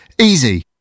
Easy